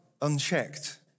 Unchecked